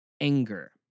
anger